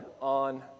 on